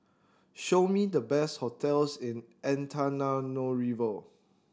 show me the best hotels in Antananarivo